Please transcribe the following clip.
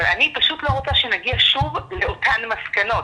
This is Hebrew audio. אבל אני פשוט לא רוצה שנגיע שוב לאותן מסקנות,